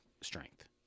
strength